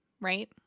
Right